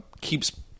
keeps